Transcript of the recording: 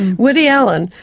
woody allen,